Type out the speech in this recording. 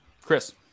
Chris